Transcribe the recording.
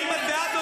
עזוב,